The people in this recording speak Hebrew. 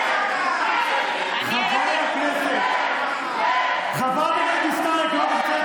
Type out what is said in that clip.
חבר הכנסת קארה, סגן השר